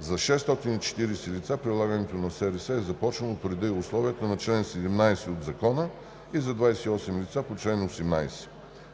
За 640 лица прилагането на СРС е започнало по реда и условията на чл. 17 от ЗСРС и за 28 лица по чл. 18 от ЗСРС.